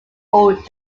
old